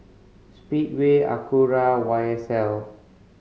Speedway Acura Y S L